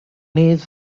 his